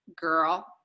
Girl